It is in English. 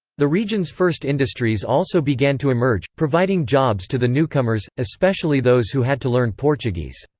the region's first industries also began to emerge, providing jobs to the newcomers, especially those who had to learn portuguese.